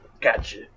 Gotcha